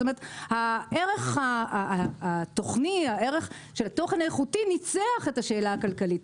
כלומר הערך של התוכן האיכותי ניצח את השאלה הכלכלית.